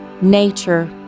nature